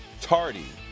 Tardy